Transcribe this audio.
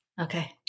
Okay